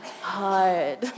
hard